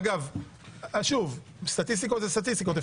אגב סטטיסטיקות זה סטטיסטיקות.